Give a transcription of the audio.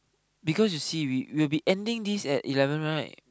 because you see we we'll be ending this at eleven right